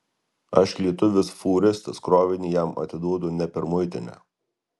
aš lietuvis fūristas krovinį jam atiduodu ne per muitinę